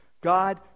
God